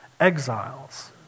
exiles